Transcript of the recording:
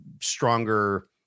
stronger